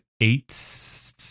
eight